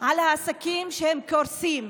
על העסקים שקורסים,